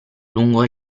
lungo